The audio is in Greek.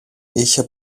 είχε